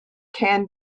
can